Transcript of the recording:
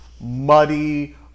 muddy